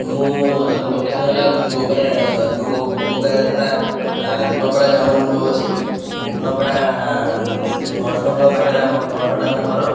ମୁଁ ଆମ ଲୋକେସନ୍ ହେଲା ଗୋବାର ଆମ ଗୋବରାରେ ଥିବା ନୂଆପଡ଼ା ଗ୍ରାମରେ ମୁଁ କହୁଛି ନୂଆପଡ଼ା ଗଣେଶ ମଣ୍ଡପ ପାଖରେ ଆମ ଗଣେଶ ମଣ୍ଡପ ଆମ ଘର